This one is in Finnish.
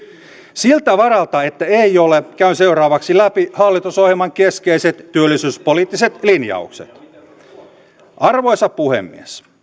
siltä varalta että ei ole käyn seuraavaksi läpi hallitusohjelman keskeiset työllisyyspoliittiset linjaukset arvoisa puhemies